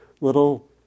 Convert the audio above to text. little